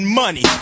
money